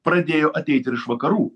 pradėjo ateit ir iš vakarų